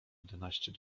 jedenaście